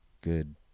good